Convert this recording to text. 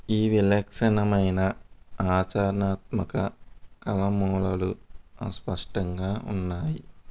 ఈ విలక్షణమైన ఆచరణాత్మక కళ మూలాలు అస్పష్టంగా ఉన్నాయి